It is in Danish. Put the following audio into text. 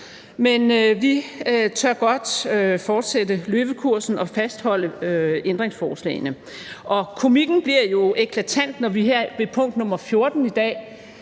men vi tør godt fortsætte løvekursen og fastholde ændringsforslagene, og komikken bliver jo eklatant, når vi her ved punkt nr. 14 i dag